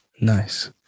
Nice